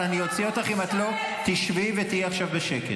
אבל אני אוציא אותך אם את לא תשבי ותהיי עכשיו בשקט.